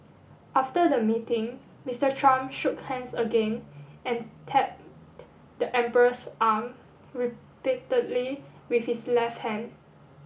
after the meeting Mister Trump shook hands again and tapped the emperor's arm repeatedly with his left hand